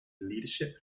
leadership